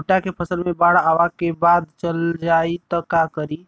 भुट्टा के फसल मे बाढ़ आवा के बाद चल जाई त का करी?